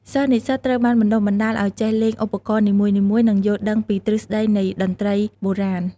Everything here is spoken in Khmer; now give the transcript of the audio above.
សិស្សនិស្សិតត្រូវបានបណ្ដុះបណ្ដាលឱ្យចេះលេងឧបករណ៍នីមួយៗ និងយល់ដឹងពីទ្រឹស្ដីនៃតន្ត្រីបុរាណ។